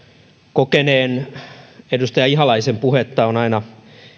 kokeneen edustaja ihalaisen puhetta on aina